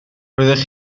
roeddech